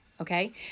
Okay